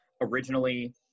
originally